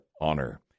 honor